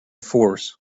force